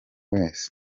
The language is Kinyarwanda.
wese